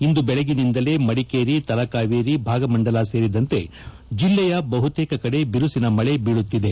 ಇಂದು ಬೆಳಗ್ಗಿನಿಂದಲೇ ಮಡಿಕೇರಿ ತಲಕಾವೇರಿ ಭಾಗಮಂದಲ ಸೇರಿದಂತೆ ಜಿಲ್ಲೆಯ ಬಹುತೇಕ ಕಡೆ ಬಿರುಸಿನ ಮಳೆ ಬೀಳುತ್ತಿದೆ